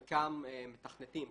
חלקם מתכנתים,